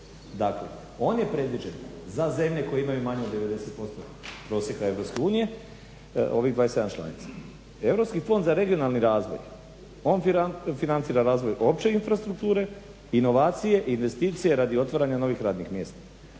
Dakle on je predviđen za zemlje koje imaju manje od 90% prosjeka EU ovih 27 članica. Europski fond za regionalni razvoj on financira razvoj opće infrastrukture, inovacije, investicije radi otvaranja novih radnih mjesta.